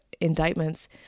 indictments